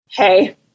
Hey